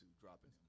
dropping